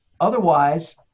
otherwise